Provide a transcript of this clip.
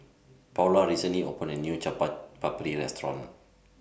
Paula recently opened A New Chaat Papri Restaurant